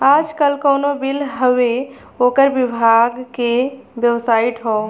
आजकल कउनो बिल हउवे ओकर विभाग के बेबसाइट हौ